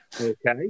Okay